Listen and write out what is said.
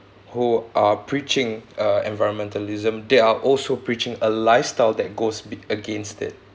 who are preaching uh environmentalism they are also preaching a lifestyle that goes b~ against it